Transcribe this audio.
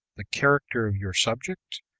the character of your subject,